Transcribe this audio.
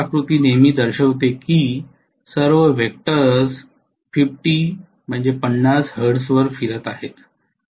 phasor आकृती नेहमी दर्शवते की सर्व वेक्टरस 50 हर्ट्जवर फिरत आहेत